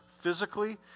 physically